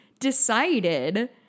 decided